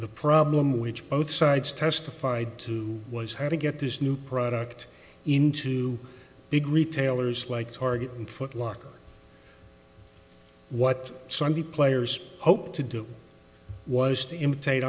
the problem which both sides testified to was how to get this new product into big retailers like target and foot locker what sunday players hoped to do was to imitate